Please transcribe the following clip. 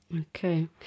Okay